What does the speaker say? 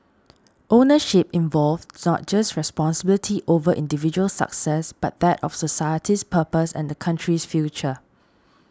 ownership involved not just responsibility over individual success but that of society's purpose and the country's future